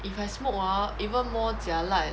if I smoke ah even more jialat